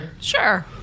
Sure